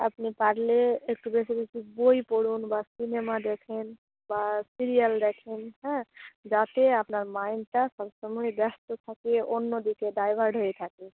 আপনি পারলে একটু বেশি বেশি বই পড়ুন বা সিনেমা দেখুন বা সিরিয়াল দেখুন হ্যাঁ যাতে আপনার মাইন্ডটা সবসময় ব্যস্ত থাকে অন্য দিকে ডাইভার্ট হয়ে থাকে